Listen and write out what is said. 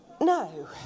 No